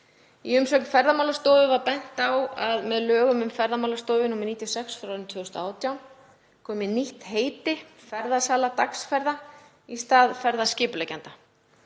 Í umsögn Ferðamálastofu var bent á að með lögum um Ferðamálastofu, nr. 96/2018, kom inn nýtt heiti, ferðasala dagsferða, í stað ferðaskipuleggjanda.